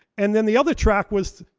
and then the other track was,